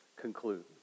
conclude